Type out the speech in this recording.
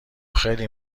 خیلی